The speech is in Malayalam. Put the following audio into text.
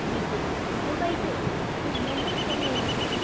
ബിജു ബിജു ബൈജു രണ്ടും സെയിം നെയിം തന്നെ അ